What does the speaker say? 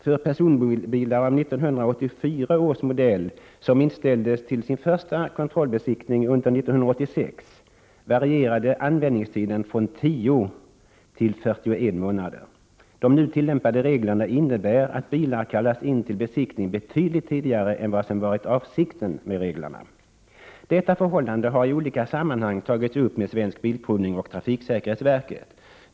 ”För personbilar av 1984 års modell som inställdes till sin första kontrollbesiktning under 1986 varierade användningstiden från 10 till 41 månader. De nu tillämpade reglerna innebär att bilar kallas in till besiktning betydligt tidigare än vad som varit avsikten med reglerna. Detta förhållande har i olika sammanhang tagits upp med Svensk Bilprovning och Trafiksäkerhetsverket.